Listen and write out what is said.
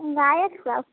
गायक सब